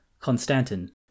Constantin